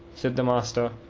said the master.